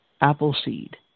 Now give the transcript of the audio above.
Appleseed